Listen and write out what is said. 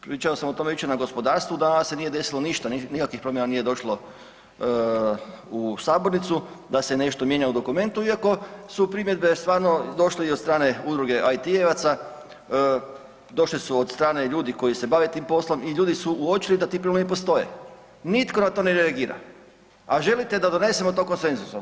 Pričao sam o tome već na gospodarstvu danas i nije se desilo ništa, do nikakvih promjena nije došlo u sabornicu da se nešto mijenja u dokumentu iako su primjedbe stvarno došli i od strane Udruge IT-evaca, došli su od strane ljudi koji se bave tim poslom i ljudi su uočili da ti problemi postoje, nitko na to ne reagira, a želite da donesemo to konsenzusom.